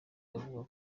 bavuga